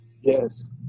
yes